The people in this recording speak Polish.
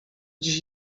dziś